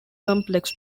complex